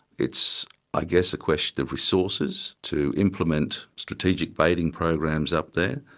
it's i guess a question of resources to implement strategic baiting programs up there,